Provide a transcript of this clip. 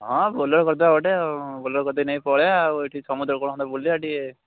ହଁ ବୋଲେରୋ କରିଦେବା ଗୋଟେ ଆଉ ବୋଲେରୋ କରି ଦେଇକି ନେଇ ପଳାଇବା ଏଇଠି ସମୁଦ୍ର କୁଳ ଖଣ୍ଡେ ବୁଲିଆ ଟିକେ